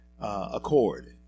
Accord